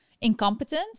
incompetent